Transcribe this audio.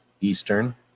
eastern